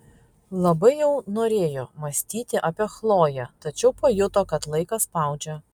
labai jau norėjo mąstyti apie chloję tačiau pajuto kad laikas spaudžia